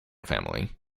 family